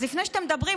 אז לפני שאתם מדברים,